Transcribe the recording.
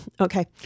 Okay